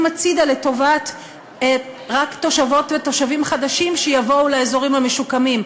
הצדה לטובת תושבות ותושבים חדשים שיבואו לאזורים המשוקמים,